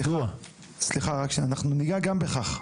אנחנו ניגע גם בכך.